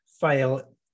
fail